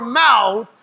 mouth